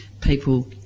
people